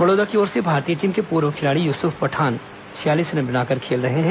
बड़ौदा की ओर से भारतीय टीम के पूर्व खिलाड़ी युसूफ पठान छियालीस रन बनाकर खेल रहे हैं